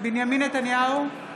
בנימין נתניהו,